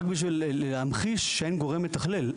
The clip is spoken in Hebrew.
רק בשביל להמחיש שאין גורם מתכלל,